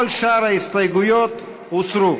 כל שאר ההסתייגויות הוסרו.